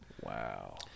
Wow